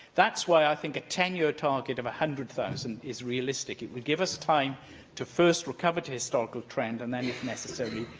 that's why i think a ten year target of one hundred thousand is realistic. it give us time to, first, recover to historical trend and then, if necessary,